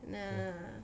那